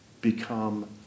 become